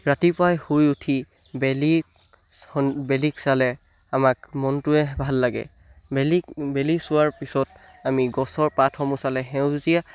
ৰাতিপুৱাই শুই উঠি বেলি বেলিক চালে আমাক মনটোৱে ভাল লাগে বেলিক বেলি চোৱাৰ পিছত আমি গছৰ পাতসমূহ চালে সেউজীয়া